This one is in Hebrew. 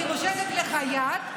אני מושיטה לך יד,